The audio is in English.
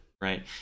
right